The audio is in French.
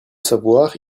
savoir